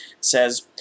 says